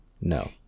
No